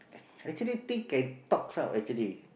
actually things can talk out actually